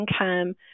income